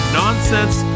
nonsense